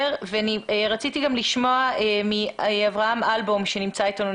רציתי גם לשמוע מאברהם אלבום שנמצא אתנו,